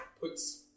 puts